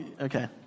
okay